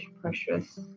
Precious